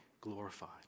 glorified